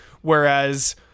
Whereas